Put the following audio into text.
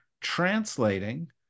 translating